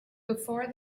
before